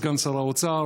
סגן שר האוצר,